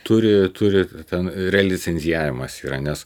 turi turi ten realicencijavimas yra nes